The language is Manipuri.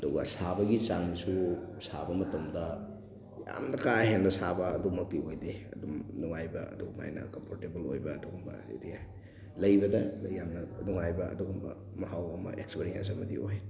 ꯑꯗꯨꯒ ꯁꯥꯕꯒꯤ ꯆꯥꯡꯁꯨ ꯁꯥꯕ ꯃꯇꯝꯗ ꯌꯥꯝꯅ ꯀꯥ ꯍꯦꯟꯅ ꯁꯥꯕ ꯑꯗꯨꯃꯛꯇꯤ ꯑꯣꯏꯗꯦ ꯑꯗꯨꯝ ꯅꯨꯡꯉꯥꯏꯕ ꯑꯗꯨꯝꯃꯥꯏꯅ ꯀꯝꯐꯣꯔꯇꯦꯕꯜ ꯑꯣꯏꯕ ꯑꯗꯨꯒꯨꯝꯕ ꯍꯥꯏꯕꯗꯤ ꯂꯩꯕꯗ ꯌꯥꯝꯅ ꯅꯨꯡꯉꯥꯏꯕ ꯑꯗꯨꯒꯨꯝꯕ ꯃꯍꯥꯎ ꯑꯃ ꯑꯦꯛꯁꯄꯔꯤꯌꯦꯟꯁ ꯑꯃꯗꯤ ꯑꯣꯏ